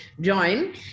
join